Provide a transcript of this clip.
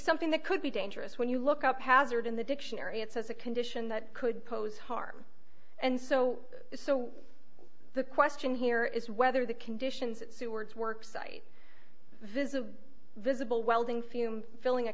something that could be dangerous when you look up hazard in the dictionary it says a condition that could pose harm and so so the question here is whether the conditions at seward's work site visit a visible welding fumes filling a